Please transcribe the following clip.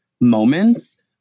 moments